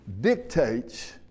dictates